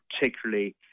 particularly